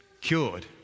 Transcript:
cured